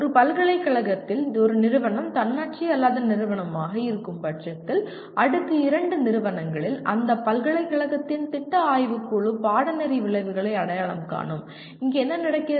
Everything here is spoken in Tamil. ஒரு பல்கலைக்கழகத்தில் ஒரு நிறுவனம் தன்னாட்சி அல்லாத நிறுவனமாக இருக்கும் பட்சத்தில் அடுக்கு 2 நிறுவனங்களில் அந்த பல்கலைக்கழகத்தின் திட்ட ஆய்வுக்குழு பாடநெறி விளைவுகளை அடையாளம் காணும் இங்கு என்ன நடக்கிறது